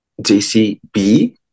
JCB